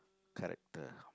character